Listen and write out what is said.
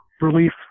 relief